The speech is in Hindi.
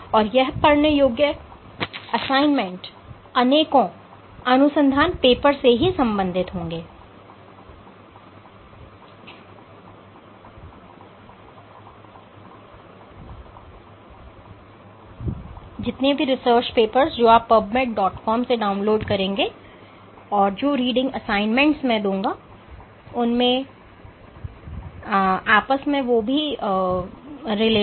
और यह पढ़ने योग्य असाइनमेंट अनेकों अनुसंधान पेपर से संबंधित होंगे